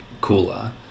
cooler